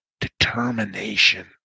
determination